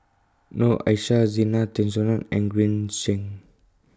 Noor Aishah Zena Tessensohn and Green Zeng